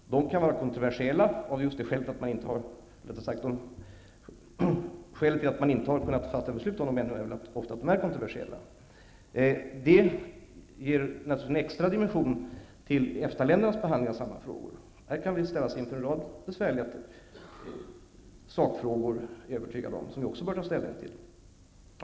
Skälet till att beslut ännu inte har fattats är ofta att frågorna är just kontroversiella. Här gäller naturligtvis en extra dimension till EFTA-ländernas behandling av samma frågor. Här kan vi ställas inför en rad besvärliga sakfrågor som vi också bör ta ställning till.